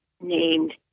named